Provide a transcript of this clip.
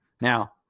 Now –